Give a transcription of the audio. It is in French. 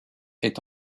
est